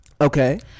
Okay